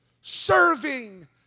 serving